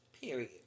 period